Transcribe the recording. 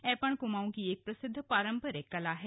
ऐपण कुमाऊं की एक प्रसिद्ध पारम्परिक कला है